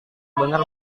benar